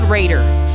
Raiders